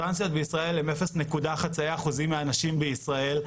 טרנסיות בישראל הן חצי אחוז מהנשים בישראל,